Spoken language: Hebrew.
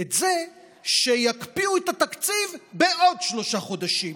את זה שיקפיאו את התקציב בעוד שלושה חודשים.